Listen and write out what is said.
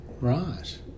Right